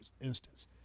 instance